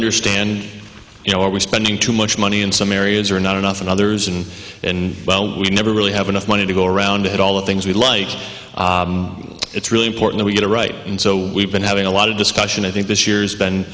understand you know are we spending too much money in some areas or not enough in others and well we never really have enough money to go around at all the things we like it's really important we get to write and so we've been having a lot of discussion i think this year's been